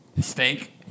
steak